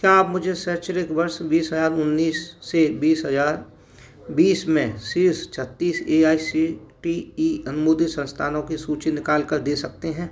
क्या आप मुझे शैक्षणिक वर्ष बीस हज़ार उन्नीस से बीस हज़ार बीस में शीर्ष छत्तीस A I C T E अनुमोदित संस्थानों की सूची निकाल कर दे सकते हैं